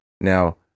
Now